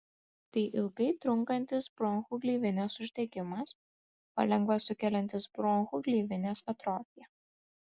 tai ilgai trunkantis bronchų gleivinės uždegimas palengva sukeliantis bronchų gleivinės atrofiją